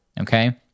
okay